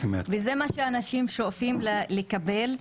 וזה מה שאנשים שואפים לקבל.